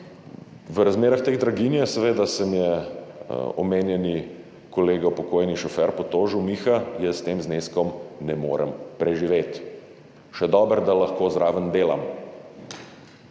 V razmerah te draginje se mi je seveda omenjeni kolega, pokojni šofer potožil, Miha, jaz s tem zneskom ne morem preživeti, še dobro, da lahko zraven delam.